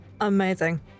Amazing